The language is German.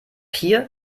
hier